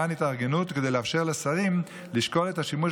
וכדי לאפשר לשרים לשקול את השימוש